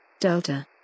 Delta